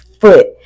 foot